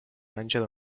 lanciato